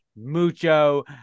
mucho